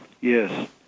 Yes